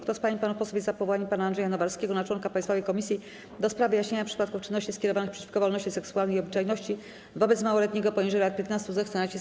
Kto z pań i panów posłów jest za powołaniem pana Andrzeja Nowarskiego na członka Państwowej Komisji do spraw wyjaśniania przypadków czynności skierowanych przeciwko wolności seksualnej i obyczajności wobec małoletniego poniżej lat 15, zechce nacisnąć przycisk.